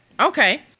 okay